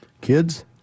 Kids